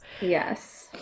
yes